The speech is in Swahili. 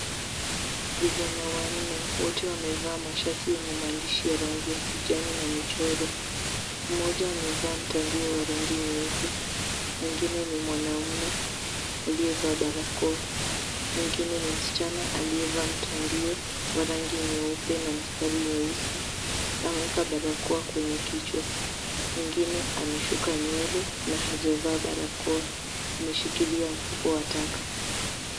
Vijana wanne wote wamevaa mashati yenye maandishi ya rangi ya kijani na michoro. Mmoja amevaa mtandio wa rangi nyeupe, mwengine ni mwanamme aliyevaa barakoa, mwengine ni msichana aliyevaa mtandio wa rangi nyeupe na mistari nyeusi ameweka barakoa kwenye kichwa, mwengine ameshuka nywele na hajavaa barakoa, ameshikilia mfuko wa taka.